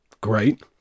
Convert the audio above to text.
great